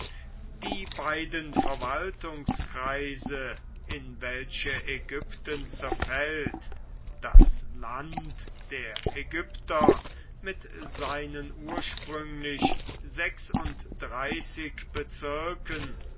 die beiden verwaltungskreise in welche ägypten zerfällt das land der ägypter mit seinen ursprünglich sechsunddreißig bezirken